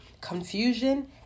confusion